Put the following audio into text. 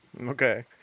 okay